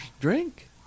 drink